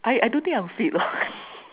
I I don't think I'm fit lor